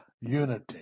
unity